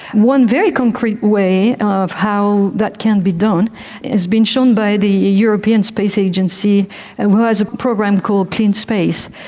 one very concrete way of how that can be done has been shown by the european space agency and who has a program called clean space,